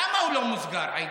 למה הוא לא מוסגר, עאידה?